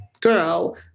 girl